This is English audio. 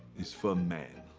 is for men.